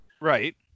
Right